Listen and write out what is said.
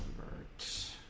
birds